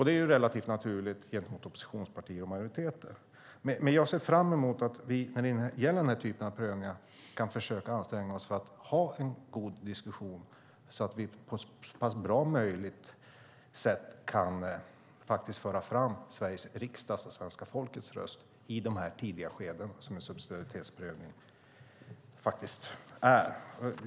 Det är relativt naturligt mellan oppositionspartier och majoritet. Jag ser fram emot att vi när det gäller den här typen av prövningar kan försöka anstränga oss att ha en god diskussion så att vi på ett så bra sätt som möjligt kan föra fram Sveriges riksdags och svenska folkets röst i de tidiga skeden som en subsidiaritetsprövning faktiskt är.